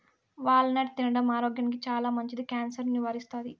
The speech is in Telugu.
వాల్ నట్ తినడం ఆరోగ్యానికి చానా మంచిది, క్యాన్సర్ ను నివారిస్తాది